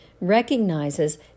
recognizes